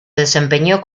desempeñó